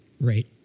Right